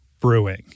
Brewing